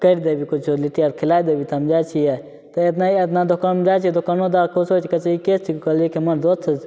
करि देबही किछु लिट्टी आओर खिलै देबही तऽ हम जाइ छिए तऽ एतना दोकानमे जाइ छिए तऽ दोकानोदार कहै छै ई के छिऔ तऽ कहै छिए हमर दोस्त छिए